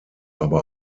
aber